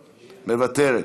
מוותרת,